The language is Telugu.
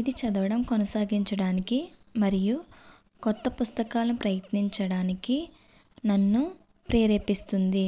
ఇది చదవడం కొనసాగించడానికి మరియు కొత్త పుస్తకాలు ప్రయత్నించడానికి నన్ను ప్రేరేపిస్తుంది